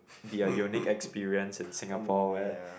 their unique experience in Singapore where